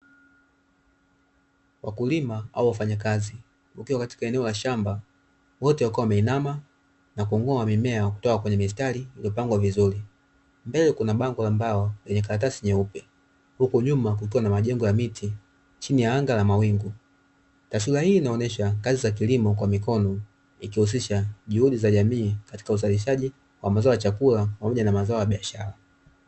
Wakulima au wafanyakazi wakiwa katika eneo la shamba, wote wakiwa wameinama na kung'oa mimea kutoka katika mistari iliyopangwa vizuri. Mbele kuna bango la mbao lenye karatasi nyeupe, huku nyuma kukiwa na majengo ya miti chini ya anga la mawingu. Taswira hii inaonesha kazi za kilimo kwa mikomo ikihusisha juhudi za jamii katika uzalishaji wa mazao ya chakula pamoja na mazao ya biashara.